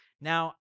Now